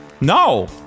No